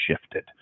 shifted